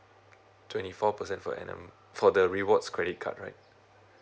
twenty four percent per annum for the rewards credit card right